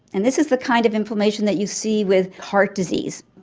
and this is the kind of inflammation that you see with heart disease.